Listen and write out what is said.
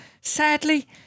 Sadly